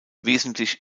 wesentlich